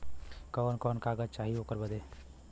कवन कवन कागज चाही ओकर बदे?